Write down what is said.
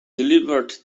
delivered